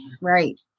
Right